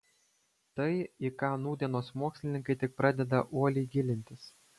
tai į ką nūdienos mokslininkai tik pradeda uoliai gilintis